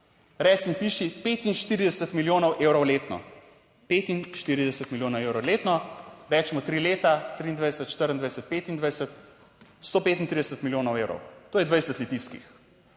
Reci piši 45 milijonov evrov letno. 45 milijonov evrov letno recimo 3 leta 2023, 2024, 2025 135 milijonov evrov - to je 20 Litijskih.